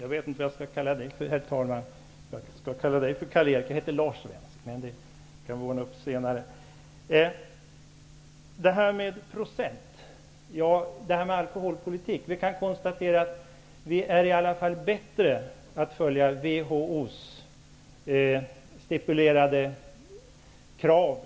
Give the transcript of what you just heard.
Herr talman! Vi kan konstatera att vi i varje fall är bättre på att följa WHO:s stipulerade krav